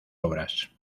obras